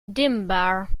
dimbaar